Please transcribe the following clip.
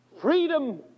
Freedom